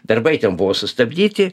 darbai ten buvo sustabdyti